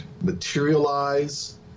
materialize